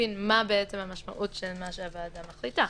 ולהבין מה המשמעות של מה שהוועדה מחליטה.